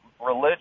religion